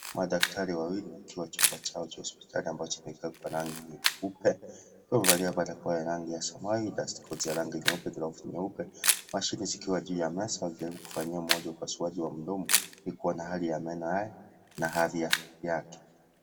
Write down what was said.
Madaktari wawili wakiwa chuba chao cha hospitali ambacho kimepakwa rangi nyeupe, wakiwa wamevalia barakoa ya rangi ya samawi dustikoti ya rangi nyeupe glovu nyeupe, mashini zikiwa juu ya meza wakijaribu kumfanyia mmoja upasuaji wa mdomo ili kuona hali ya meno na afya yake.